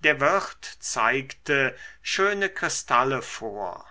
der wirt zeigte schöne kristalle vor